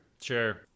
sure